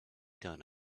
done